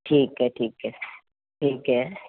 ਠੀਕ ਹੈ ਠੀਕ ਹੈ ਠੀਕ ਹੈ